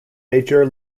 major